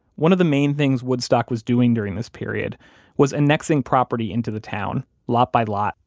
one of the main things woodstock was doing during this period was annexing property into the town, lot by lot,